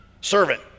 servant